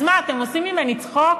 אז מה, אתם עושים ממני צחוק?